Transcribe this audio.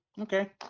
Okay